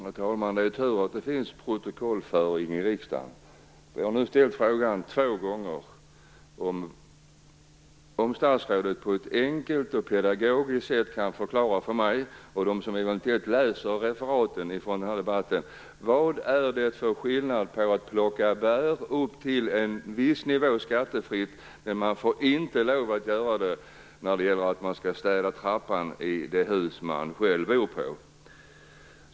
Herr talman! Det är tur att det förs protokoll i riksdagen. Jag har nu två gånger ställt frågan om statsrådet på ett enkelt pedagogiskt sätt kan förklara för mig och dem som eventuellt läser referaten från den här debatten vad det är för skillnad på att plocka bär upp till en viss nivå skattefritt och att städa trappan i det hus man själv bor i.